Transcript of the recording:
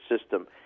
system